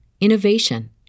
innovation